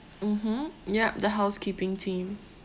mmhmm yup the housekeeping team